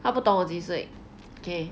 他不懂我几岁 okay